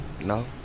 No